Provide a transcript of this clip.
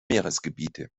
meeresgebiete